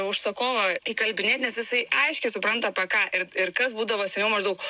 užsakovo įkalbinėt nes jisai aiškiai supranta apie ką ir ir kas būdavo seniau maždaug